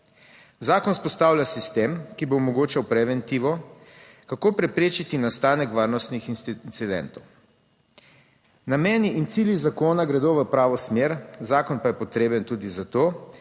Zakon vzpostavlja sistem, ki bo omogočal preventivo, kako preprečiti nastanek varnostnih incidentov. Nameni in cilji zakona gredo v pravo smer. Zakon pa je potreben tudi zato,